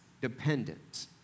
dependent